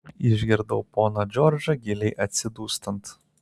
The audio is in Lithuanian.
išgirdau poną džordžą giliai atsidūstant